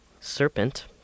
serpent